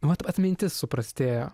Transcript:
vat atmintis suprastėjo